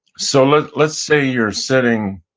so let's let's say you're sitting